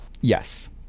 yes